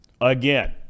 Again